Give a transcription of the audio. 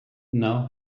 now